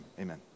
amen